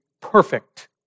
perfect